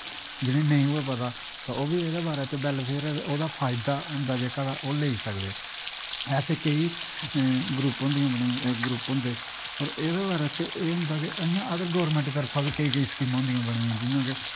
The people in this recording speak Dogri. जि'नेंगी नेईं होऐ पता तां ओह् बी एह्दे बारे च बैल्लफेयर ओह्दा फायदा होंदा जेह्का तां ओह् लेई सकदे ऐसे केईं ग्रुप होंदे बने दे ग्रुप होंदे होर एहदे बारे च एह् होंदा के इ'यां अगर गौरमैंट दी तरफ बी केईं केईं स्कीमां होंदियां बनी दियां जियां के